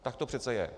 Tak to přece je.